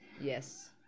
yes